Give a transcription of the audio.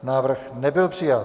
Návrh nebyl přijat.